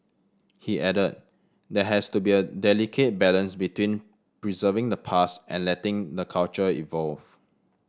he added there has to be a delicate balance between preserving the past and letting the culture evolve